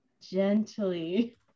gently